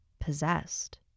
possessed